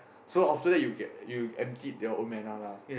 so after that you get you emptied your own mana lah